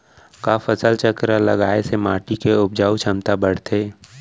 का फसल चक्र लगाय से माटी के उपजाऊ क्षमता बढ़थे?